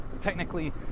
technically